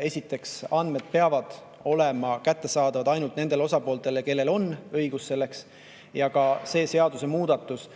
Esiteks, andmed peavad olema kättesaadavad ainult nendele osapooltele, kellel on selleks õigus. See seadusemuudatus